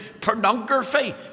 pornography